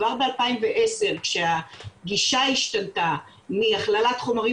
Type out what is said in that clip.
כבר ב-2010 הגישה השתנתה מהכללת חומרים